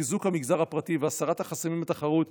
חיזוק המגזר הפרטי והסרת החסמים בתחרות.